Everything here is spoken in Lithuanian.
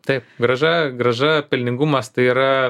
taip grąža grąža pelningumas tai yra